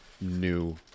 new